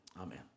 Amen